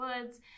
woods